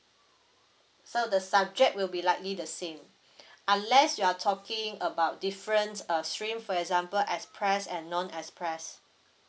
so the subject will be likely the same unless you are talking about difference uh stream for example express and non express